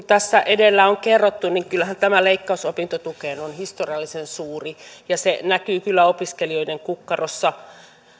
tässä edellä on kerrottu kyllähän tämä leikkaus opintotukeen on historiallisen suuri ja se näkyy kyllä opiskelijoiden kukkarossa